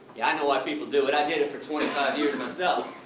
yeah, i know why people do it, i did it for twenty five years myself.